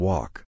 Walk